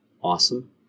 awesome